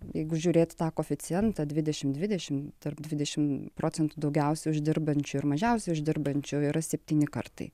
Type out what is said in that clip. jeigu žiūrėti tą koeficientą dvidešim dvidešim tarp dvidešim procentų daugiausiai uždirbančių ir mažiausiai uždirbančių yra septyni kartai